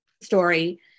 story